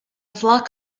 flock